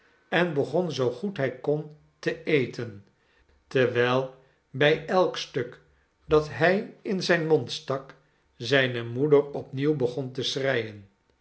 en begon zoo goed hij kon te eten terwijl bij elk stuk dat hij in z'yn mond stak zijne moeder opnieuw begon te schreien